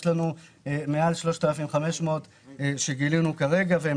יש לנו כרגע מעל 3,500 שגילינו והם